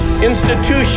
Institution